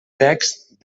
text